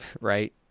right